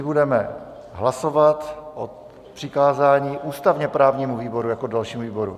Nyní budeme hlasovat o přikázání ústavněprávnímu výboru jako dalšímu výboru.